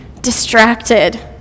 distracted